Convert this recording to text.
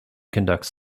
conducts